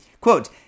Quote